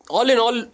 All-in-all